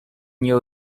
nie